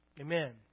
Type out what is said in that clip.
amen